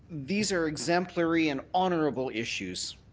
these are exemplary and honourable issues.